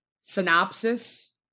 Synopsis